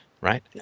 Right